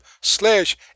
slash